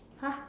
!huh!